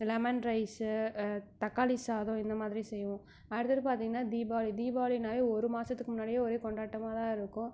lemon rice தக்காளி சாதம் இந்த மாதிரி செய்வோம் அடுத்தது பார்த்தீங்கன்னா தீபாவளி தீபாவளினாலே ஒரு மாதத்துக்கு முன்னாடியே ஒரே கொண்டாட்டமாக தான் இருக்கும்